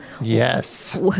Yes